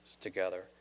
together